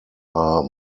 are